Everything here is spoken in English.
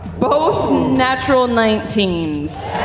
both natural nineteen